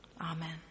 Amen